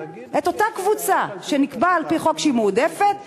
את אותה קבוצה שנקבע על-פי חוק שהיא מועדפת החריגו,